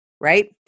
right